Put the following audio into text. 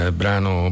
brano